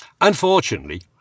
Unfortunately